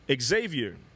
Xavier